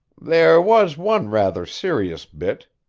there was one rather serious bit,